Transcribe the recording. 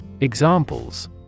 Examples